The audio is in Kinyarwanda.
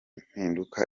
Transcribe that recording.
mpinduka